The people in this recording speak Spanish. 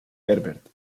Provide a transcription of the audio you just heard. herbert